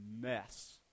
mess